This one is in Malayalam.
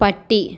പട്ടി